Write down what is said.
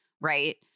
Right